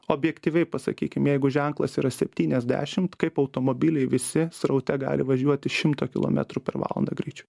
objektyviai pasakykim jeigu ženklas yra septyniasdešimt kaip automobiliai visi sraute gali važiuoti šimto kilometrų per valandą greičiu